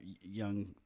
young